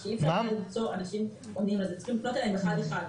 צריך לפנות אליהם אחד-אחד.